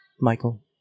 Michael